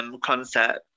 concept